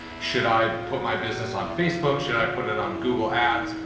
should i put my business on facebook, should i put it on google ads?